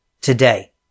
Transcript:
today